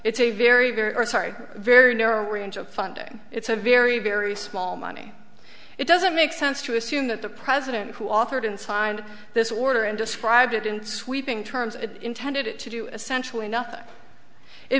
it's a very very sorry very narrow range of funding it's a very very small money it doesn't make sense to assume that the president who authored and signed this order and described it in sweeping terms intended it to do essentially nothing it